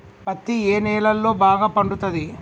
పత్తి ఏ నేలల్లో బాగా పండుతది?